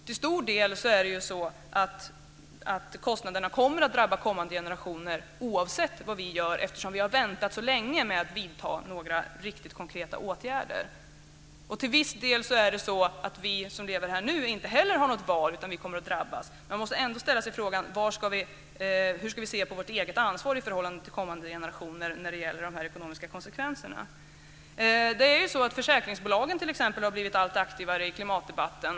En stor del av kostnaderna kommer att drabba kommande generationer, oavsett vad vi gör, eftersom vi har väntat så länge med att vidta konkreta åtgärder. Vi som lever nu har inte heller något val, utan vi kommer att drabbas. Men vi måste ändå ställa oss frågan hur vi ska se på vårt eget ansvar i förhållande till kommande generationer när det gäller de ekonomiska konsekvenserna. Försäkringsbolagen, t.ex., har blivit allt aktivare i klimatdebatten.